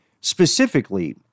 Specifically